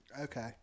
Okay